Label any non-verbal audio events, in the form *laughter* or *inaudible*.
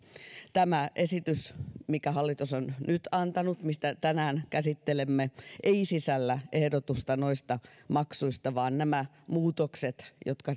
tämä esitys minkä hallitus on nyt antanut mitä tänään käsittelemme ei sisällä ehdotusta noista maksuista vaan nämä muutokset jotka *unintelligible*